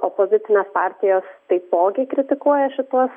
opozicinės partijos taipogi kritikuoja šituos